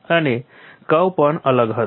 અને કર્વ પણ અલગ હતો